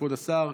כבוד השר,